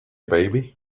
baby